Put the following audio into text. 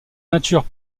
nature